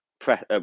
press